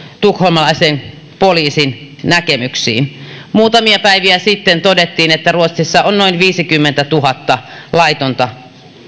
tukholmalaisen poliisin näkemyksiin muutamia päiviä sitten todettiin että ruotsissa on noin viisikymmentätuhatta laitonta